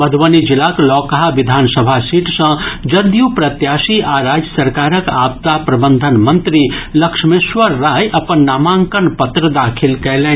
मधुबनी जिलाक लौकहा विधानसभा सीट सँ जदयू प्रत्याशी आ राज्य सरकारक आपदा प्रबंधन मंत्री लक्ष्मेश्वर राय अपन नामांकन पत्र दाखिल कयलनि